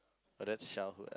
but that's childhood